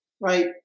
right